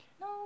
No